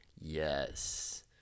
yes